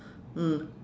mm